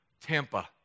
Tampa